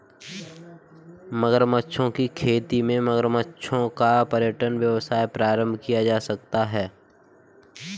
मगरमच्छों की खेती से मगरमच्छों का पर्यटन व्यवसाय प्रारंभ किया जा सकता है